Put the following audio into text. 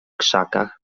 krzakach